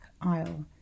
aisle